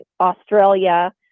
Australia